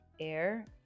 air